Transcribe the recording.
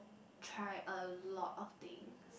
try a lot of thing